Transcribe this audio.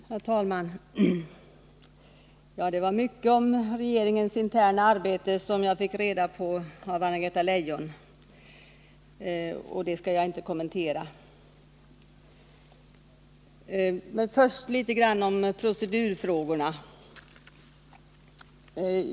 Herr talman! Det var mycket om regeringens interna arbete som jag fick reda på av Anna-Greta Leijon, men det skall jag inte kommentera. Först något litet om procedurfrågorna.